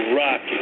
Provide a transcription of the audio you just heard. rock